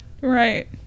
Right